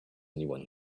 anyone